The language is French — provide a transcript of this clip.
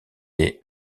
les